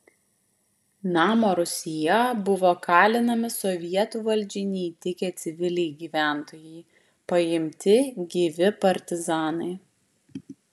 namo rūsyje buvo kalinami sovietų valdžiai neįtikę civiliai gyventojai paimti gyvi partizanai